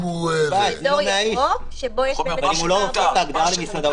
אם הוא לא לוקח את ההגדרה של מסעדה,